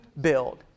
build